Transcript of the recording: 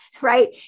Right